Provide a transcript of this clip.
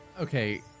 Okay